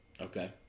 Okay